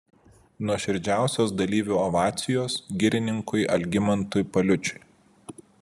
nuoširdžiausios dalyvių ovacijos girininkui algimantui paliučiui